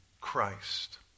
Christ